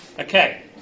Okay